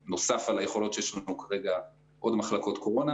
ממשלתי מחליט לפתוח עוד מחלקת קורונה,